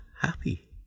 happy